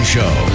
Show